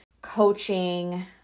coaching